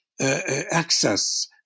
access